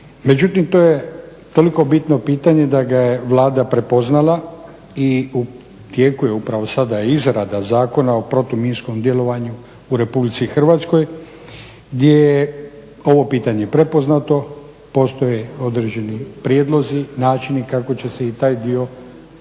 Međutim, to je toliko bitno pitanje da ga je Vlada prepoznala i u tijeku je upravo sada izrada Zakona o protuminskom djelovanju u RH gdje je ovo pitanje prepoznato, postoje određeni prijedlozi, načini kako će se i taj dio obuhvatiti